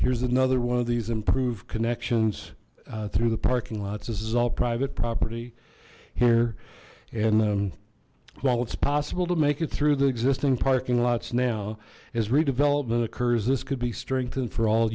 here's another one of these improve connections through the parking lots this is all private property here and while it's possible to make it through the existing parking lots now as redevelopment occurs this could be strengthened for all